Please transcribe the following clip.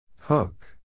Hook